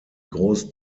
groß